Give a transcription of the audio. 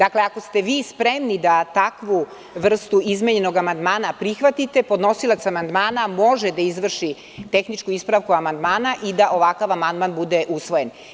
Ako ste vi spremni da takvu vrstu izmenjenog amandmana prihvatite, podnosilac amandmana može da izvrši tehničku ispravku amandmana i da ovakav amandman bude usvojen.